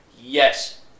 Yes